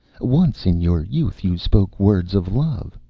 once, in your youth, you spoke words of love.